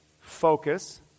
focus